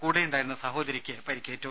കൂടെയുണ്ടായിരുന്ന സഹോദരിക്ക് പരിക്കേറ്റു